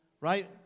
Right